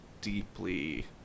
deeply